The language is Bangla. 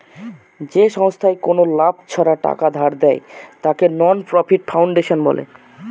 যে সংস্থায় কোনো লাভ ছাড়া টাকা ধার দেয়, তাকে নন প্রফিট ফাউন্ডেশন বলে